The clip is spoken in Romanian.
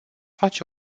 face